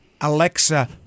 Alexa